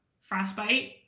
frostbite